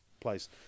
place